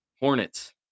Hornets